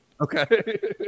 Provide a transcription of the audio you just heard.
Okay